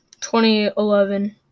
2011